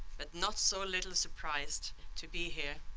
but not so little surprised to be here.